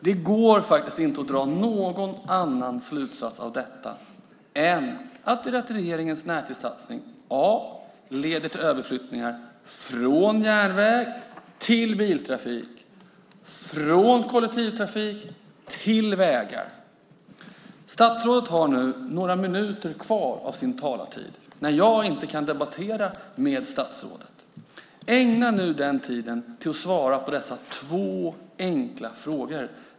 Det går inte att dra någon annan slutsats av detta än att regeringens närtidssatsning leder till överflyttning från järnväg till biltrafik och från kollektivtrafik till vägar. Statsrådet har nu några minuter kvar av sin talartid, men jag kan inte debattera med statsrådet. Ägna nu den tiden åt att svara på dessa två enkla frågor!